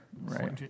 Right